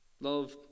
Love